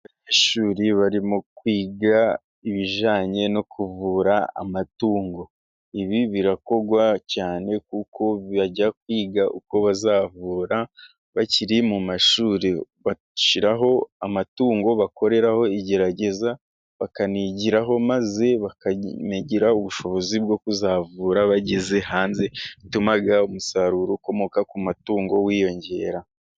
Abanyeshuri bari mu kwiga ibijyanye no kuvura amatungo, ibi birakorwa cyane kuko bajya kwiga uko bazavura bakiri mu mashuri, bashyiraho amatungo bakoreraho igerageza bakayigiraho, maze bakagira ubushobozi bwo kuzavura bageze hanze, bituma umusaruro ukomoka ku matungo wiyongera.